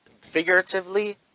figuratively